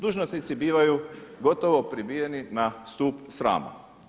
Dužnosnici bivaju gotovo prebijeni na stup srama.